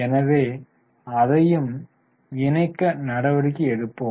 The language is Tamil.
எனவே அதையும் இணைக்க நடவடிக்கை எடுப்போம்